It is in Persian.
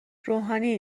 روحانی